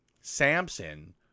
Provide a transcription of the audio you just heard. Samson